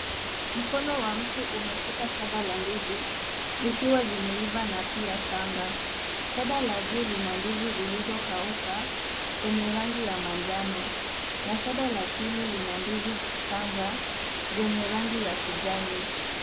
Mkono wa mtu umeshika shada la ndizi, zikiwa zimeiva na pia changa. Shada la juu lina ndizi zilizokauka kwenye rangi ya manjano, na shada la chini lina ndizi changa zenye rangi ya kijani.